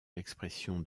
l’expression